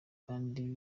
kandi